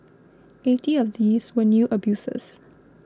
eighty of these were new abusers